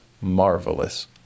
marvelous